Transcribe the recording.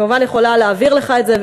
אני כמובן יכולה להעביר לך את זה.